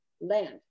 land